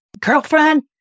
girlfriend